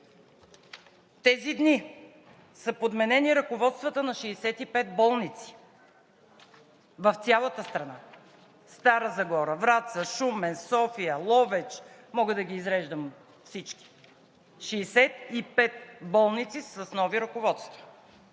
Тези дни са подменени ръководствата на 65 болници в цялата страна: Стара Загора, Враца, Шумен, София, Ловеч, мога да ги изреждам всички. Шейсет и пет болници са с нови ръководства!